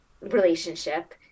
relationship